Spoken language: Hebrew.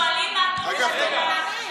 שואלים מה פירוש שם המשפחה שלך,